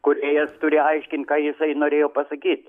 kūrėjas turi aiškint ką jisai norėjo pasakyt